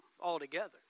altogether